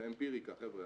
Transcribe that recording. זה אמפיריקה חבר'ה,